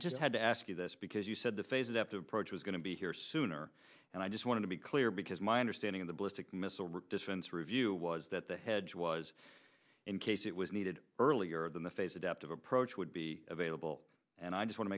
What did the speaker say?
just had to ask you this because you said the phase that the prochoice going to be here sooner and i just want to be clear because my understanding of the ballistic missile defense review was that the hedge was in case it was needed earlier than the phase adaptive approach would be available and i just wanna